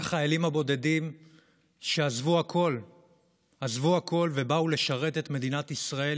את החיילים הבודדים שעזבו הכול ובאו לשרת את מדינת ישראל,